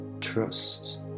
Trust